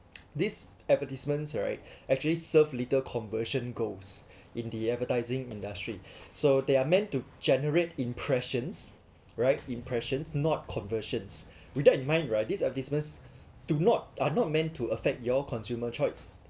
these advertisements right actually serve little conversion goals in the advertising industry so they are meant to generate impressions right impressions not conversions with that in mind right these are business do not are not meant to affect your consumer choice